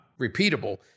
repeatable